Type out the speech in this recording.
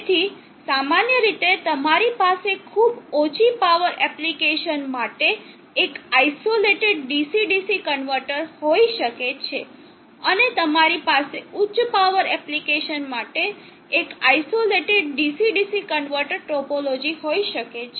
તેથી સામાન્ય રીતે તમારી પાસે ખૂબ ઓછી પાવર એપ્લિકેશન માટે એક આઇસોલેટેડ DC DC કન્વર્ટર હોઈ શકે છે અને તમારી પાસે ઉચ્ચ પાવર એપ્લિકેશન માટે એક isolated DC DC converter topology હોઈ શકે છે